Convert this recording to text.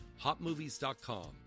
Hotmovies.com